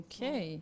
Okay